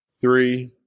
three